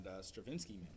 Stravinsky